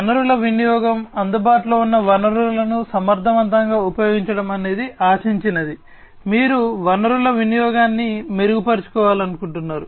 వనరుల వినియోగం అందుబాటులో ఉన్న వనరులను సమర్థవంతంగా ఉపయోగించడం అనేది ఆశించినది మీరు వనరుల వినియోగాన్ని మెరుగుపరచాలనుకుంటున్నారు